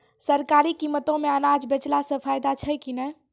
सरकारी कीमतों मे अनाज बेचला से फायदा छै कि नैय?